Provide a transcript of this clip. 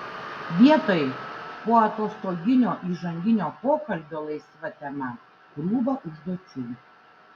vietoj poatostoginio įžanginio pokalbio laisva tema krūva užduočių